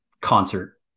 concert